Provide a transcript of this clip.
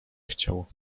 chciał